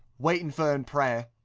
waitin for her in prayer.